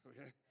okay